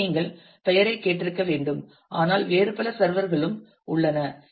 எனவே நீங்கள் பெயரைக் கேட்டிருக்க வேண்டும் ஆனால் வேறு பல சர்வர் களும் உள்ளன